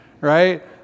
Right